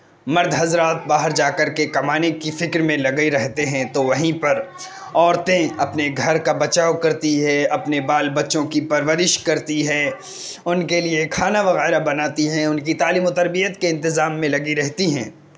مرد حضرات باہر جا کر کے کمانے کی فکر میں لگے رہتے ہیں تو وہیں پر عورتیں اپنے گھر کا بچاؤ کرتی ہے اپنے بال بچوں کی پرورش کرتی ہے ان کے لیے کھانا وغیرہ بناتی ہیں ان کی تعلیم و تربیت کے انتظام میں لگی رہتی ہیں